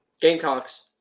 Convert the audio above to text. Gamecocks